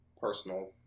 personal